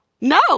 No